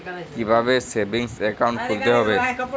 কীভাবে savings account খুলতে হবে?